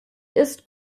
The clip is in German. ist